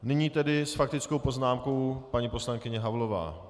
Nyní s faktickou poznámkou paní poslankyně Havlová.